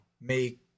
make